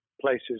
places